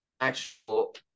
actual